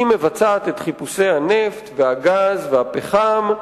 היא מבצעת את חיפושי הנפט והגז והפחם,